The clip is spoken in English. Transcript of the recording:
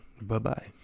Bye-bye